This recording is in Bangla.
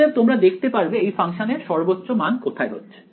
অতএব তোমরা দেখতে পারবে এই ফাংশনের সর্বোচ্চ মান কোথায় হচ্ছে